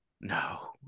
No